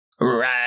Right